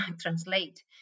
translate